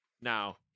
Now